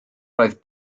roedd